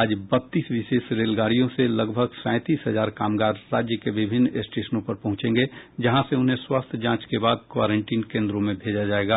आज बत्तीस विशेष रेलगाडियों से लगभग सैंतीस हजार कामगार राज्य के विभिन्न स्टेशनों पर पहुंचेंगे जहां से उन्हें स्वास्थ्य जांच के बाद क्वारंटिन केंद्रों में भेजा जायेगा